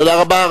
תודה רבה.